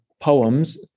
poems